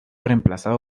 reemplazado